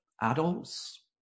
adults